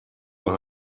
war